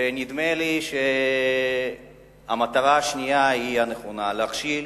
ונדמה לי שהמטרה השנייה היא הנכונה, להכשיל